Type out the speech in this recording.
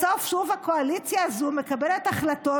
בסוף שוב הקואליציה הזו מקבלת החלטות,